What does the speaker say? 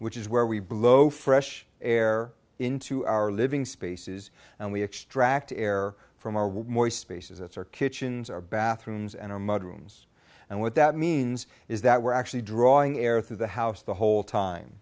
which is where we blow fresh air into our living spaces and we extract the air from our well more spaces it's our kitchens our bathrooms and our mud rooms and what that means is that we're actually drawing air through the house the whole time